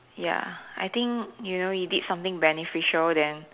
ya I think you know you did something beneficial then